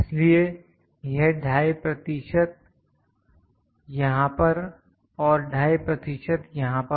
इसलिए यह 25 प्रतिशत यहां पर और 25 प्रतिशत यहां पर